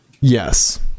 yes